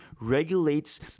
regulates